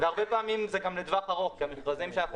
והרבה פעמים זה גם לטווח ארוך כי המכרזים שאנחנו